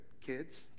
kids